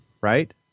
right